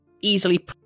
Easily